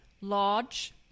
large